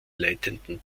leitenden